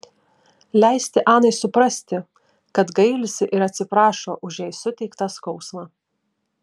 leisti anai suprasti kad gailisi ir atsiprašo už jai suteiktą skausmą